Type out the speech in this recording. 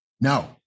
No